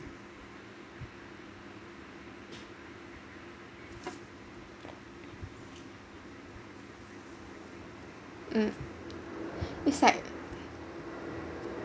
um it’s like